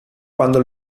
quando